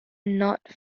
not